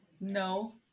No